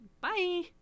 Bye